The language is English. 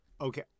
Okay